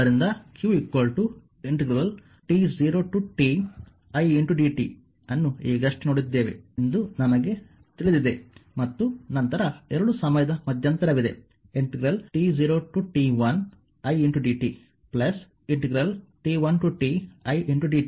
ಆದ್ದರಿಂದ qt0tidt ನ್ನು ಈಗಷ್ಟೇ ನೋಡಿದ್ದೇವೆ ಎಂದು ನಮಗೆ ತಿಳಿದಿದೆ ಮತ್ತು ನಂತರ 2 ಸಮಯದ ಮಧ್ಯಂತರವಿದೆ t0t1idtt1tidt ಇದು t0 ಮತ್ತು ಇದು t1 t1 ಒಂದು ಸೆಕೆಂಡ್